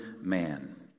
man